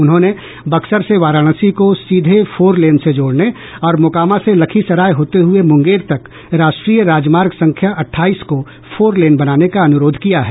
उन्होंने बक्सर से वाराणसी को सीधे फोर लेन से जोड़ने और मोकामा से लखीसराय होते हुए मुंगेर तक राष्ट्रीय राजमार्ग संख्या अठाईस को फोर लेन बनाने का अनुरोध किया है